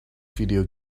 video